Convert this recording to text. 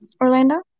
Orlando